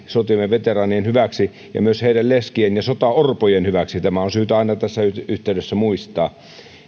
sotiemme veteraanien hyväksi ja myös heidän leskiensä ja sotaorpojen hyväksi tämä on syytä aina tässä yhteydessä muistaa